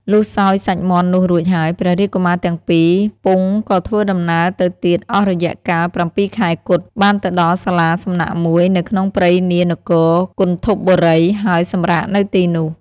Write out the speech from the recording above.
លុះសោយសាច់មាន់នោះរួចហើយ ព្រះរាជកុមារទាំង២ពង្សក៏ធ្វើដំណើរទៅទៀតអស់រយៈកាល៧ខែគត់ បានដល់ទៅសាលាសំណាក់មួយនៅក្នុងព្រៃនា នគរគន្ធពបុរី ហើយសម្រាកនៅទីនោះ ។